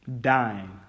dying